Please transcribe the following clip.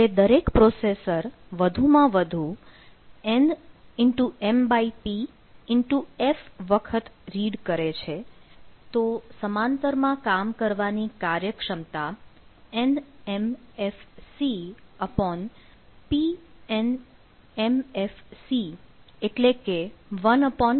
એટલે દરેક પ્રોસેસર વધુમાં વધુ nf વખત રીડ કરે છે તો સમાંતર માં કામ કરવાની કાર્યક્ષમતા nmfcpnmfc એટલે કે 1p થશે